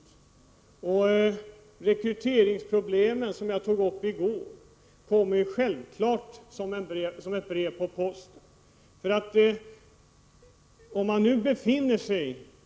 Rekryteringsproblemen, som jag tog upp i går, kommer självfallet som ett brev på posten.